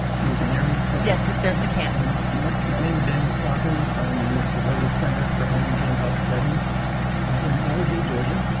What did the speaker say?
you can hear me? yes, we certainly can. my name is daniel stocking. i'm with the lilly center for energy and health studies in lij, georgia.